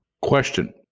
Question